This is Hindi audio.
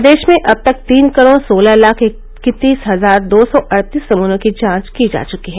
प्रदेश में अब तक तीन करोड़ सोलह लाख इकत्तीस हजार दो सौ अड़तीस नमूनों की जांच की जा चुकी है